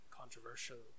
controversial